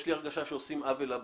יש לי הרגשה שעושים עוול לבחור,